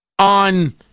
On